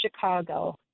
Chicago